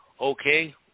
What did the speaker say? okay